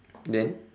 then